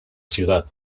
ciudad